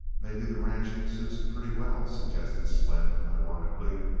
maybe the ranch suits him pretty well, suggested slim, ironically.